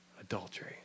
adultery